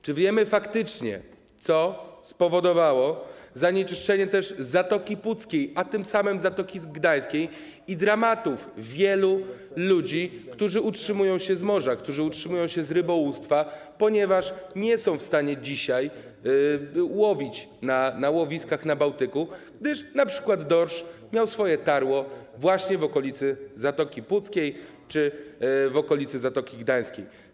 Czy wiemy też faktycznie, co spowodowało zanieczyszczenie Zatoki Puckiej, a tym samym Zatoki Gdańskiej i dramaty wielu ludzi, którzy utrzymują się z morza, z rybołówstwa, ponieważ nie są w stanie dzisiaj łowić na łowiskach na Bałtyku, gdyż np. dorsz miał swoje tarło właśnie w okolicy Zatoki Puckiej czy Zatoki Gdańskiej?